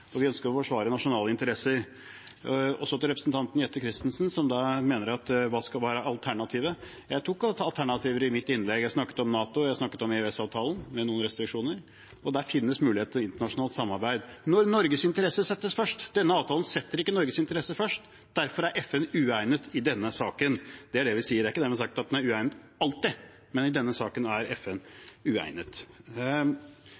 og vi ønsker å forsvare nasjonale interesser. Og til representanten Jette F. Christensen, som spør hva alternativet er. Jeg tok opp alternativer i mitt innlegg. Jeg snakket om NATO, og jeg snakket om EØS-avtalen – med noen restriksjoner. Det finnes muligheter for internasjonalt samarbeid når Norges interesser settes først. Denne avtalen setter ikke Norges interesser først. Derfor er FN uegnet i denne saken. Det er det vi sier. Det er ikke dermed sagt at FN er uegnet alltid, men i denne saken er FN